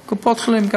גם קופות-חולים.